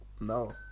no